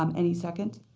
um any second?